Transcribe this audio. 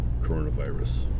coronavirus